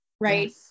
right